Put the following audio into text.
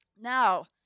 Now